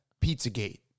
Pizzagate